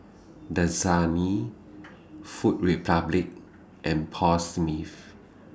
Dasani Food Republic and Paul Smith